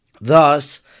Thus